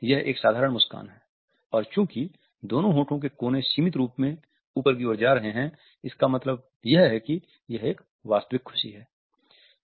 यह एक साधारण मुस्कान है और चूँकि दोनो होंठों के कोने सममित रूप में ऊपर की ओर जा रहे हैं इसका मतलब है कि यह एक वास्तविक खुशी है